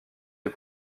les